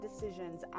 decisions